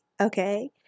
Okay